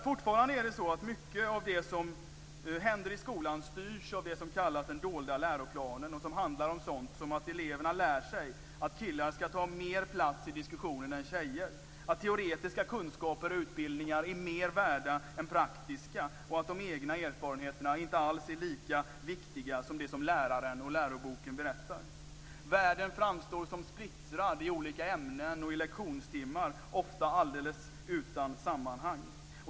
Fortfarande styrs mycket av det som händer i skolan av det som kallas den dolda läroplanen. Det handlar om sådant som att eleverna lär sig att killar skall ta mer plats i diskussionerna än tjejer, att teoretiska kunskaper och utbildningar är mer värda än praktiska och att de egna erfarenheterna inte alls är lika viktiga som det som läraren och läroboken berättar. Världen framstår som splittrad i olika ämnen och i lektionstimmar, ofta alldeles utan sammanhang.